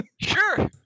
Sure